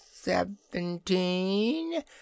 seventeen